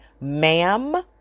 ma'am